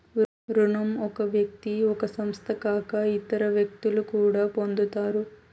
రుణం ఒక వ్యక్తి ఒక సంస్థ కాక ఇతర వ్యక్తులు కూడా పొందుతారు